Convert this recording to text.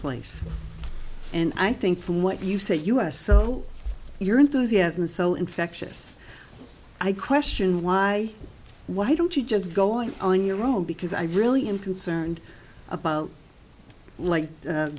place and i think what you say us so your enthusiasm is so infectious i question why why don't you just go out on your own because i really am concerned about like